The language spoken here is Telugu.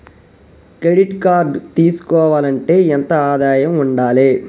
క్రెడిట్ కార్డు తీసుకోవాలంటే ఎంత ఆదాయం ఉండాలే?